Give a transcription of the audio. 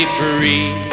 free